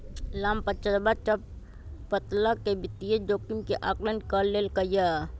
रामप्रसादवा सब प्तरह के वित्तीय जोखिम के आंकलन कर लेल कई है